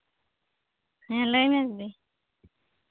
ᱦᱮᱸ ᱞᱟᱹᱭᱢᱮ ᱫᱤᱫᱤ